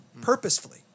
purposefully